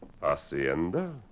Hacienda